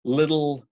little